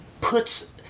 puts